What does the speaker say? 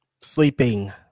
Sleeping